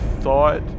thought